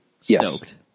stoked